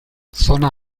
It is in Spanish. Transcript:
zona